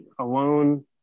alone